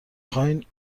خواین